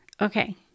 Okay